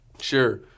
Sure